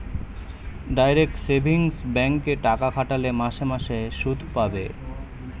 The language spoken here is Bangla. ডাইরেক্ট সেভিংস বেঙ্ক এ টাকা খাটালে মাসে মাসে শুধ পাবে